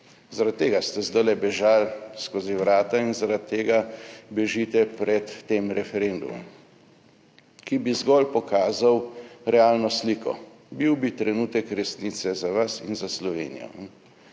zaradi tega ste zdajle bežali skozi vrata in zaradi tega bežite pred tem referendumom, ki bi zgolj pokazal realno sliko. Bil bi trenutek resnice za vas in za Slovenijo.